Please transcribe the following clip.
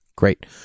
Great